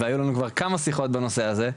אז היו לנו כבר כמה שיחות בנושא הזה,